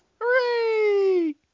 Hooray